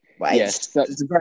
Yes